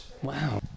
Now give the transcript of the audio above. Wow